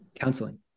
counseling